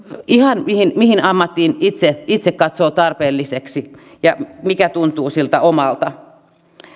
ihan mihin ammattiin kukin itse katsoo tarpeelliseksi ja mikä tuntuu siltä omalta